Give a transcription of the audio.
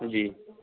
جی